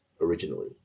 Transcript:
originally